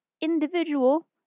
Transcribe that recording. individual